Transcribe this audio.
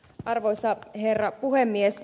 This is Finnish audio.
arvoisa herra puhemies